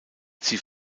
sie